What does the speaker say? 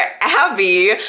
Abby